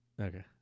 Okay